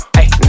Hey